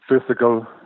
physical